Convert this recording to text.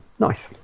Nice